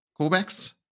callbacks